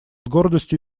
гордостью